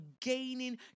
gaining